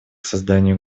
созданию